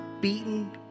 beaten